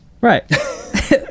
Right